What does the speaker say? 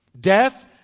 Death